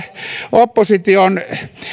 opposition